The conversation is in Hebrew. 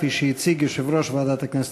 כפי שהציג יושב-ראש ועדת הכנסת,